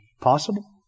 possible